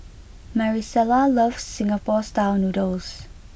Marisela loves Singapore's style noodles